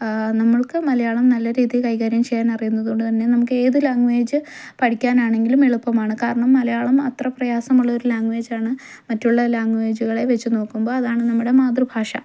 നമ്മള്ക്ക് മലയാളം നല്ല രീതിയിൽ കൈകാര്യം ചെയ്യാന് അറിയുന്നതുകൊണ്ട് തന്നെ നമുക്ക് ഏത് ലാംഗ്വേജ് പഠിക്കാനാണെങ്കിലും എളുപ്പമാണ് കാരണം മലയാളം അത്ര പ്രയാസമുള്ള ഒരു ലാംഗ്വേജാണ് മറ്റുള്ള ലാംഗ്വേജുകളെ വെച്ച് നോക്കുമ്പോൾ അതാണ് നമ്മുടെ മാതൃഭാഷ